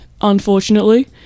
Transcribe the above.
unfortunately